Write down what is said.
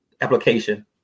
application